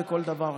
בכל דבר אחר.